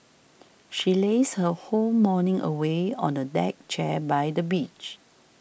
she lazed her whole morning away on a deck chair by the beach